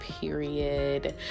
period